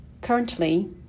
Currently